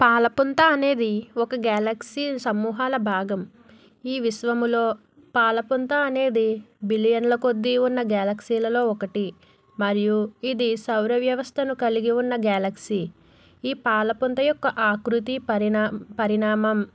పాలపుంత అనేది ఒక గ్యాలక్సీ సమూహాల భాగం ఈ విశ్వములో పాలపుంత అనేది బిలియన్ల కొద్ది ఉన్న గ్యాలక్సీలలో ఒకటి మరియు ఇది సౌర వ్యవస్థను కలిగి ఉన్న గ్యాలక్సీ ఈ పాలపుంత యొక్క ఆకృతి పరిణా పరిణామం